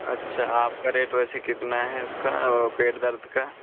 अच्छा आपका रेट वैसे कितना है उसका पेट दर्द का